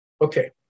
Okay